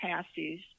pasties